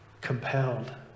compelled